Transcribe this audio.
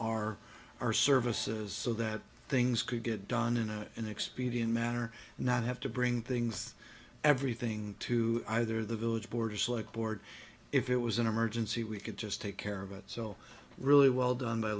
our our services so that things could get done in a an expedient manner and not have to bring things everything to either the village board or slick board if it was an emergency we could just take care of it so really well done by